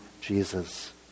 Jesus